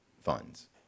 funds